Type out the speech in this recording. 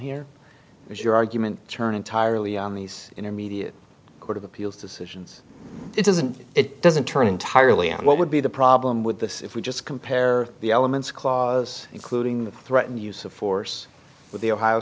here is your argument turn entirely on these intermediate court of appeals decisions it doesn't it doesn't turn entirely on what would be the problem with this if we just compare the elements clause including the threatened use of force with the ohio